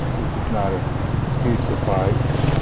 which is not a huge surprise.